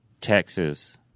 Texas